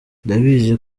ndabizi